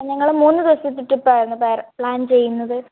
ഞങ്ങൾ മൂന്ന് ദിവസത്തെ ട്രിപ്പായിരുന്നു പ്ലാൻ ചെയ്യുന്നത്